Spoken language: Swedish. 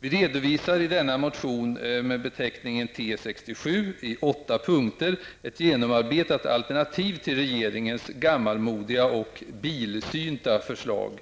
Vi redovisar i denna motion, T67, i åtta punkter ett genomarbetat alternativ till regeringens gammalmodiga och ''bilsynta'' förslag.